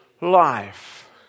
life